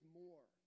more